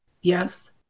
Yes